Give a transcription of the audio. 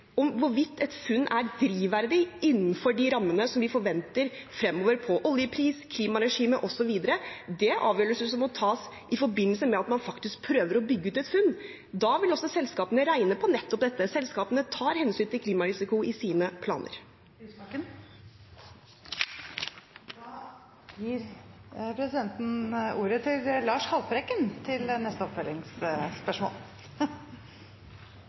Hvorvidt et funn er drivverdig innenfor de rammene som vi forventer fremover når det gjelder oljepris, klimaregime osv., er avgjørelser som må tas i forbindelse med at man faktisk prøver å bygge ut et funn. Da vil også selskapene regne på nettopp dette. Selskapene tar hensyn til klimarisiko i sine planer. Lars Haltbrekken – til oppfølgingsspørsmål. Jeg vil gå tilbake til